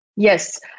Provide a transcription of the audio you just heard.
Yes